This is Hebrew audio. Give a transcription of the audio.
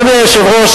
אדוני היושב-ראש,